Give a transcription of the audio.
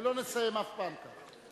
לא נסיים אף פעם כך.